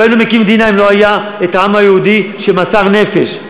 לא היינו מקימים מדינה אם לא היה העם היהודי שמסר את הנפש.